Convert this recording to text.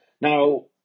Now